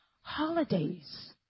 holidays